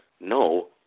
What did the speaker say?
no